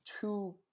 two